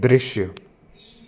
दृश्य